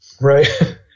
right